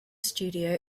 studio